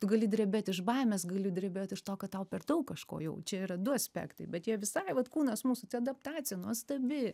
tu gali drebėt iš baimės gali drebėt iš to kad tau per daug kažko jau čia yra du aspektai bet jie visai vat kūnas mūsų adaptacija nuostabi